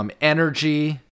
Energy